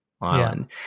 island